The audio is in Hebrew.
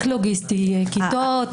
רק לוגיסטי כיתות,